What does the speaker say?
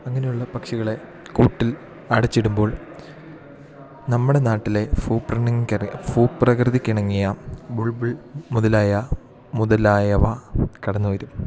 അങ്ങനെയുള്ള പക്ഷികളെ കൂട്ടിൽ അടച്ചിടുമ്പോൾ നമ്മുടെ നാട്ടിലെ ഭൂപ്രകൃതി കാരെ ഭൂപ്രകൃതിക്കിണങ്ങിയ ബുൾബുൾ മുതലായ മുതലായവ കടന്ന് വരും